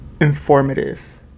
Informative